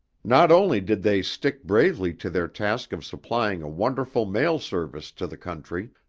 not only did they stick bravely to their task of supplying a wonderful mail service to the country,